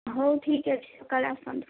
ହେ ଉ ଠିକ ଅଛି ସକାଳେ ଆସନ୍ତୁ